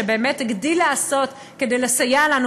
שבאמת הגדיל לעשות כדי לסייע לנו,